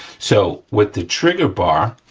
so, with the trigger bar,